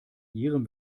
ihrem